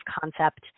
concept